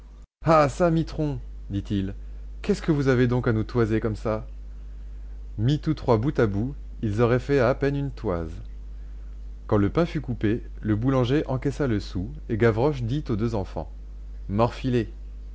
ah çà mitron dit-il qu'est-ce que vous avez donc à nous toiser comme ça mis tous trois bout à bout ils auraient fait à peine une toise quand le pain fut coupé le boulanger encaissa le sou et gavroche dit aux deux enfants